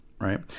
right